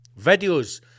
videos